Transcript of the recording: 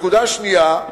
נקודה שנייה,